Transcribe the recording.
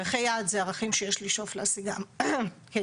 ערכי יעד זה ערכים שיש לשאוף להשיגם כיעד.